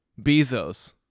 Bezos